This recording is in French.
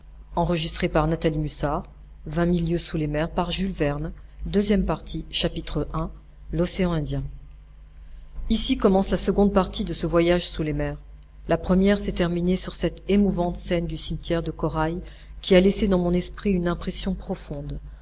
vingt mille lieues sous les mers deuxième partie i l'océan indien ici commence la seconde partie de ce voyage sous les mers la première s'est terminée sur cette émouvante scène du cimetière de corail qui a laissé dans mon esprit une impression profonde